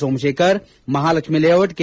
Somashekar Mahalakshmi layout K